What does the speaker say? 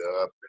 up